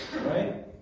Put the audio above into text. right